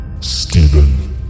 Stephen